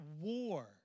war